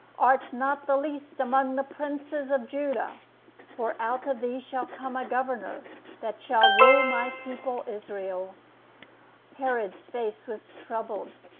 art not the least among the princes of judah for out of thee shall come a governor that shall rule my people israel herod's face was troubled,